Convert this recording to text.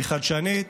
היא חדשנית,